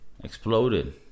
exploded